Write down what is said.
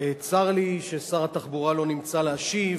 צר לי ששר התחבורה לא נמצא להשיב,